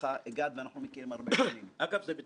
בחלוף הרבה שנים, גם כשהייתי כאן בוועדה: